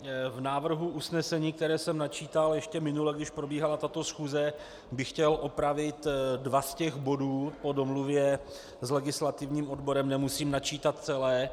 V návrhu usnesení, které jsem načítal ještě minule, když probíhala tato schůze, bych chtěl opravit dva z těch bodů, po domluvě s legislativním odborem nemusím načítat celé.